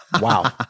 Wow